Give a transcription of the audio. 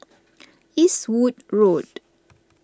Eastwood Road